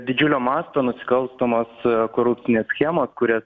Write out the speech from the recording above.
didžiulio masto nusikalstamos korupcinės schemos kurias